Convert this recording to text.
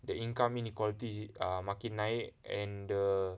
the income inequality makin naik and the